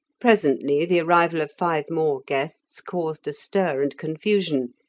presently the arrival of five more guests caused a stir and confusion,